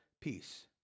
peace